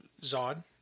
Zod